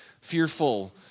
fearful